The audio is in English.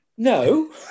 No